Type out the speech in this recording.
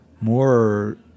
more